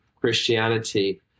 Christianity